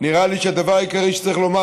נראה לי שהדבר העיקרי שצריך לומר,